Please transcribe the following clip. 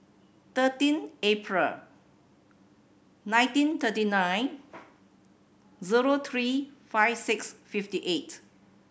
thirteen April nineteen thirty nine zero three five six fifty eight